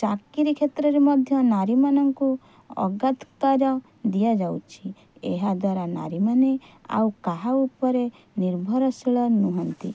ଚାକିରୀ କ୍ଷେତ୍ରରେ ମଧ୍ୟ ନାରୀମାନଙ୍କୁ ଆଗ୍ରାଧିକାର ଦିଆଯାଉଛି ଏହା ଦ୍ଵାରା ନାରୀ ମାନେ ଆଉ କାହା ଉପରେ ନିର୍ଭରଶୀଳ ନୁହଁନ୍ତି